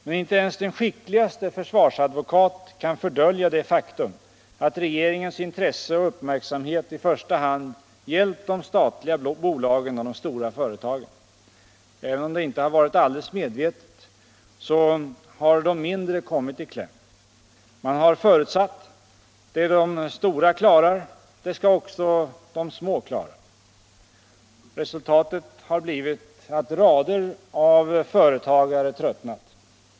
Men inte ens den skickligaste försvarsadvokat kan fördölja det faktum att regeringens intresse och uppmärksamhet i första hand gällt de statliga bolagen och de stora företagen. Även om det inte skett alldeles medvetet så har de mindre företagen kommit i kläm. Man har förutsatt att det de stora klarar, det skall också de små klara. Resultatet har blivit att rader av företagare tröttnat.